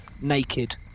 Naked